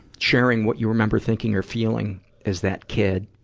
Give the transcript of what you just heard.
sharing what you remember thinking or feeling as that kid.